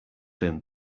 him